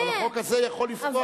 אבל החוק הזה יכול לפתוח,